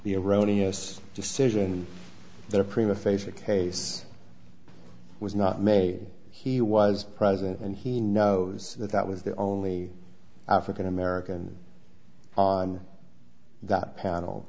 the erroneous decision that a prima facie case was not may he was present and he knows that that was the only african american on that panel